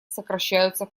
сокращаются